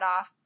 off